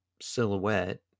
silhouette